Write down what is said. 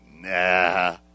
Nah